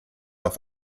auf